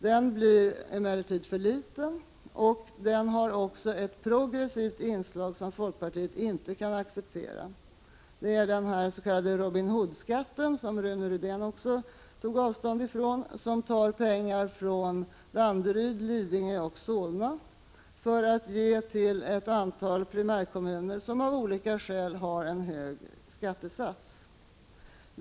Den blir emellertid för liten, och den har även ett progressivt inslag som folkpartiet inte kan acceptera. Det är den s.k. Robin Hood-skatten, som också Rune Rydén tog avstånd från, vilken tar pengar från Danderyd, Lidingö och Solna för att ge till ett antal primärkommuner som av olika skäl har en hög skattesats.